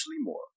more